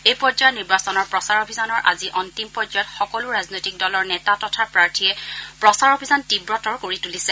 এই পৰ্যায়ৰ নিৰ্বাচনৰ প্ৰচাৰ অভিযানৰ আজি অন্তিম পৰ্যায়ত সকলো ৰাজনৈতিক দলৰ নেতা তথা প্ৰাৰ্থীয়ে প্ৰচাৰ অভিযান তীৱতৰ কৰি তুলিছে